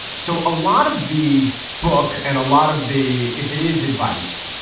so a lot of the book and a lot of the if it is advice,